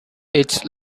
its